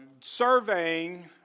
surveying